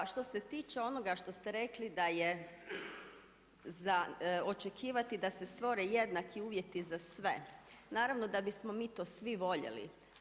Što se tiče onoga što ste rekli da je za očekivati da se stvore jednaki uvjeti za sve, naravno da bismo mi to svi voljeli.